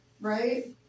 Right